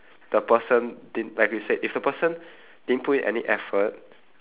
the person didn~ like you said if the person didn't put in any effort